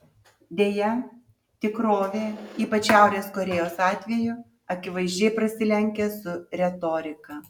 deja tikrovė ypač šiaurės korėjos atveju akivaizdžiai prasilenkia su retorika